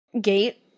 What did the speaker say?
gate